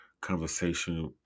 conversation